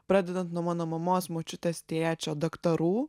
pradedant nuo mano mamos močiutės tėčio daktarų